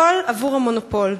הכול עבור המונופול.